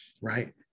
right